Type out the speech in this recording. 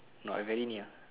no I very near